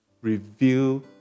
reveal